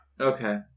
Okay